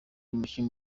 umukinnyi